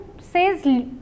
says